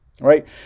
Right